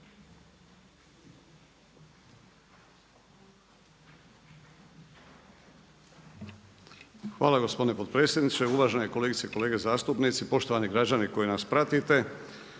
Hvala gospodine potpredsjedniče, uvažene kolegice i kolege zastupnici, poštovani građani koji nas pratite.